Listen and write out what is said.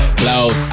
close